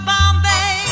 Bombay